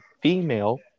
female